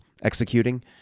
executing